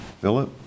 Philip